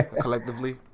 collectively